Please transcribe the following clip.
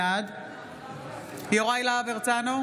בעד יוראי להב הרצנו,